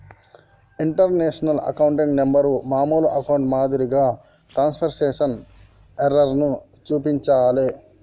international account number మామూలు అకౌంట్ల మాదిరిగా ట్రాన్స్క్రిప్షన్ ఎర్రర్లను చూపించలే